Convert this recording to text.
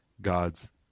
God's